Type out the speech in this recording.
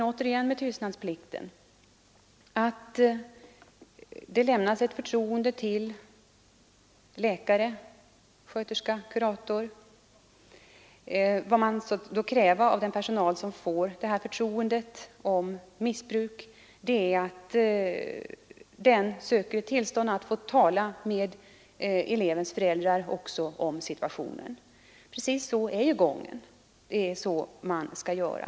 Den tystnadsplikt vi nu har innebär att läkare, sköterska och kurator har fått ett förtroende. Och vad fru Kristensson då krävde av denna personal är att den skall söka tillåtelse att få tala om situationen med elevens föräldrar. Sådan är också gången. Det är så man skall göra.